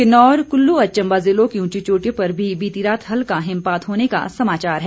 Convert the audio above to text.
किन्नौर कुल्लू और चम्बा जिलों की ऊंची चोटियों पर भी बीती रात हल्का हिमपात होने का समाचार है